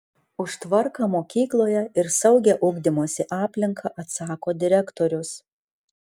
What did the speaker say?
už tvarką mokykloje ir saugią ugdymosi aplinką atsako direktorius